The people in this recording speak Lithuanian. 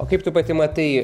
o kaip tu pati matai